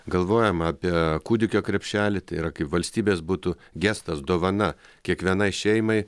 galvojam apie kūdikio krepšelį tai yra kaip valstybės būtų gestas dovana kiekvienai šeimai